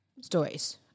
stories